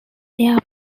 their